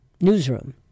newsroom